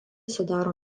sudaro